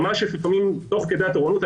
לפעמים תוך כדי התורנות,